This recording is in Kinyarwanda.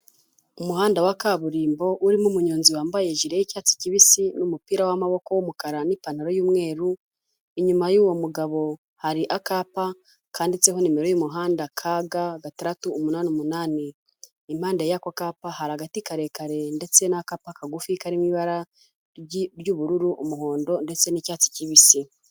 umuhanda wa kaburimbo urimo umunyonzi wambaye jire y'cyatsi kibisi n'umupira w'amaboko w'umukara n'ipantaro y'umweru, inyuma y'uwo mugabo hari akapa kanditseho nimero y'umuhanda, kaga gatandatu umunani umunani, impande yako kapa hari agati karekare ndetse n'akapa kagufi karimo ibara ry'ubururu umuhondo ndetse n'icyatsi kibisi.